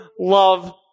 love